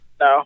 No